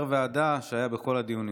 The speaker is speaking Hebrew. חבר ועדה שהיה בכל הדיונים.